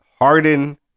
Harden